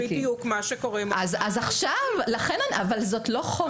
אז זה בדיוק מה שקורה עם --- אבל זאת לא חובה.